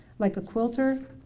like a quilter,